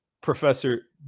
Professor